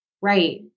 Right